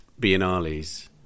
biennales